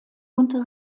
und